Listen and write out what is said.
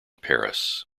paris